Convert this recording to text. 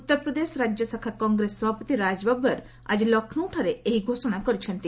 ଉତ୍ତର ପ୍ରଦେଶ ରାଜ୍ୟଶାଖା କଂଗ୍ରେସ ସଭାପତି ରାଜ୍ବବର୍ ଆଜି ଲକ୍ଷ୍ନୌଠାରେ ଏହି ଘୋଷଣା କରିଛନ୍ତି